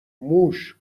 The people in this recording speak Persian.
موش